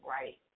right